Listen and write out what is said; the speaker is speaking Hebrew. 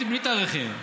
בלי תאריכים.